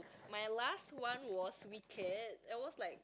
my last one was wicked it was like